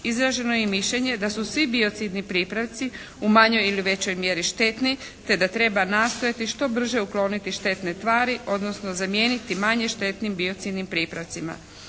Izraženo je mišljenje da su svi biocidni pripravci u manjoj ili većoj mjeri štetni te da treba nastojati što brže ukloniti štetne tvari odnosno zamijeniti manje štetnim biocidnim pripravcima.